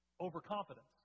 Overconfidence